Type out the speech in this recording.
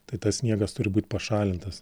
tai tas sniegas turi būt pašalintas